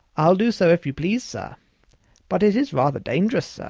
i'll do so if you please, sir but it is rather dangerous, sir,